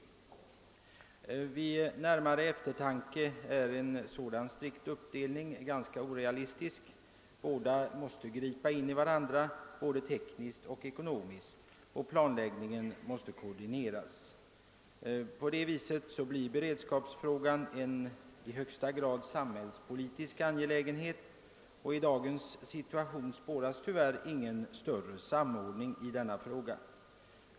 Vid närmare eftertanke finner man en sådan strikt uppdelning ganska orealistik. Båda slagen av beredskap måste såväl tekniskt som ekonomiskt gripa in i varandra, och planläggningen måste koordineras. På det viset blir beredskapsfrågan i högsta grad en samhällspolitisk angelägenhet, men i dagens situation spåras tyvärr ingen större samordning på detta område.